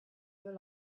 your